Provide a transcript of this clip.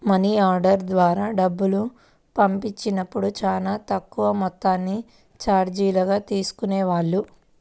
money order ద్వారా డబ్బులు పంపించినప్పుడు చానా తక్కువ మొత్తాన్ని చార్జీలుగా తీసుకునేవాళ్ళు